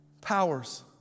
powers